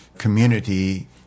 Community